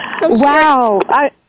Wow